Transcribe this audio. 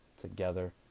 together